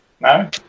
No